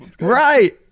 Right